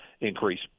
increase